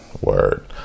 word